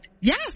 Yes